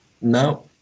no